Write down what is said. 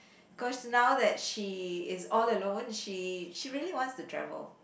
because now that she is all alone she she really wants to travel